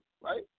right